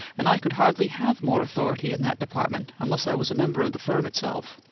and i could hardly have more authority in that department unless i was a member of the firm itself.